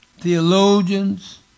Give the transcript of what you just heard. theologians